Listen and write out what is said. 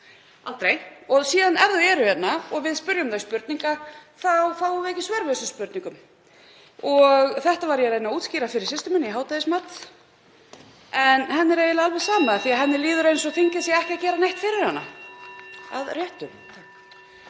aldrei. Og síðan, ef þau eru hérna og við spyrjum spurninga þá fáum við ekki svör við þeim spurningum. Ég reyndi að útskýra þetta fyrir systur minni í hádegismat. En henni er eiginlega alveg sama af því að henni líður eins og þingið sé ekki að gera neitt fyrir hana, með réttu.